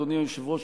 אדוני היושב-ראש,